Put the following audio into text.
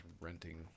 renting